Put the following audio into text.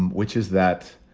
um which is that,